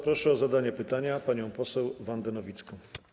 Proszę o zadanie pytania panią poseł Wandę Nowicką.